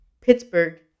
Pittsburgh